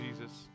Jesus